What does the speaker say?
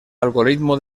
algoritmo